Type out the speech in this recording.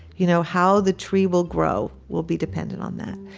you know, how the tree will grow will be dependent on that.